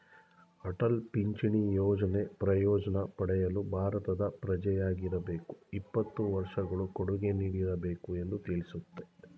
ಅಟಲ್ ಪಿಂಚಣಿ ಯೋಜ್ನ ಪ್ರಯೋಜ್ನ ಪಡೆಯಲು ಭಾರತದ ಪ್ರಜೆಯಾಗಿರಬೇಕು ಇಪ್ಪತ್ತು ವರ್ಷಗಳು ಕೊಡುಗೆ ನೀಡಿರಬೇಕು ಎಂದು ತಿಳಿಸುತ್ತೆ